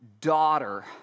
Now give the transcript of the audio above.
daughter